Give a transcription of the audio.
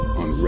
on